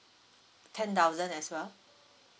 ten thousand as well